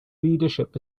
leadership